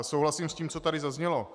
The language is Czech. Souhlasím s tím, co tady zaznělo.